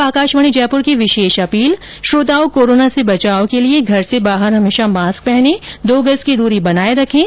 और अब आकाशवाणी जयपुर की विशेष अपील श्रोताओं कोरोना से बचाव के लिए घर से बाहर हमेशा मास्क पहने और दो गज की दूरी बनाए रखें